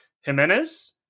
Jimenez